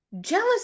jealous